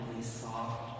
soft